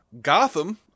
Gotham